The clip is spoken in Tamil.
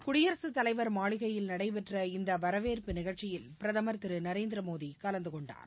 குடியரகத் தலைவர் மாளிகையில் நடைபெற்ற இந்த வரவேற்பு நிகழ்ச்சியில் பிரதமர் திரு நரேந்திரமோடி கலந்துகொண்டார்